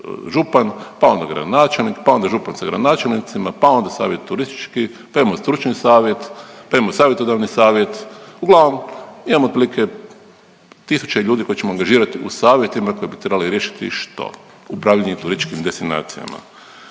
pa onda gradonačelnik pa onda župan s gradonačelnicima pa onda savjet turistički pa imamo stručni savjet pa imamo savjetodavni savjet, uglavnom, imamo otprilike tisuće ljudi koje ćemo angažirati u savjetima koji bi trebali riješiti što? Upravljanje turističkim destinacijama.